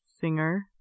Singer